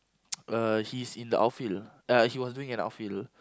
uh he's in the outfield uh he was doing an outfield